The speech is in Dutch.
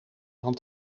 van